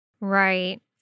Right